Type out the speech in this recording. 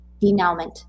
denouement